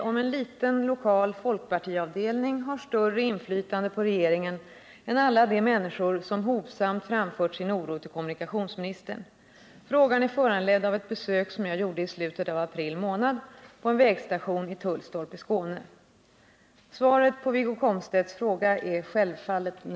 Har en liten lokal folkpartiavdelning större inflytande på regeringen än alla de människor som hovsamt framfört sin oro till kommunikationsministern?